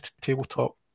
tabletop